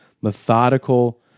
methodical